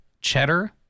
cheddar